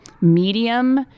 medium